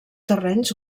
terrenys